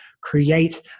create